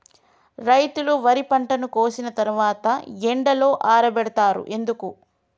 రైతులు వరి పంటను కోసిన తర్వాత ఎండలో ఆరబెడుతరు ఎందుకు?